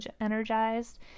energized